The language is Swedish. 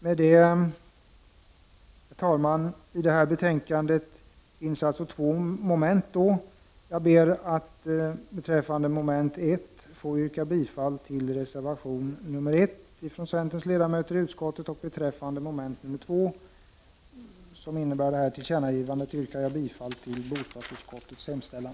Med detta, herr talman, yrkar jag bifall till reservation 1 från centerns ledamöter som behandlar mom. 1 i detta betänkande. Beträffande mom. 2 i betänkandet, som innebär ett tillkännagivande om utformningen av bostadsbidragen efter år 1990, yrkar jag bifall till bostadsutskottets hemställan.